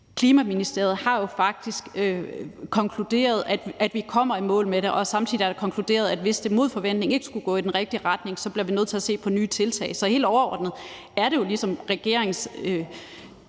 Klimaministeriet har jo faktisk konkluderet, at vi kommer i mål med det, og samtidig er det konkluderet, at hvis det mod forventning ikke skulle gå i den rigtige retning, bliver vi nødt til at se på nye tiltag. Så helt overordnet er det jo ligesom regeringens